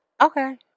Okay